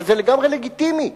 אבל זה לגמרי לגיטימי.